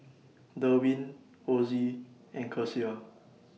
Derwin Ozie and Kecia